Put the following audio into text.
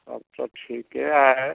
तब तो ठीके है